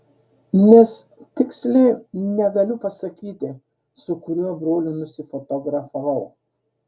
nes tiksliai negaliu pasakyti su kuriuo broliu nusifotografavau